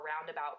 roundabout